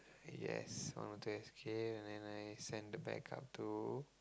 yes one or two escape and then I send the backup to